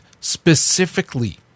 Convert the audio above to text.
specifically